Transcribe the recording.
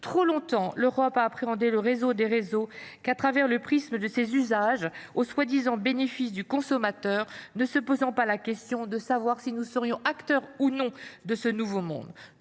Trop longtemps, l’Europe n’a appréhendé le « réseau des réseaux » qu’à travers le prisme de ses usages, au soi disant bénéfice du consommateur, ne se posant pas la question de savoir si nous serions acteurs ou non de ce nouveau monde.